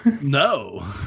No